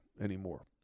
anymore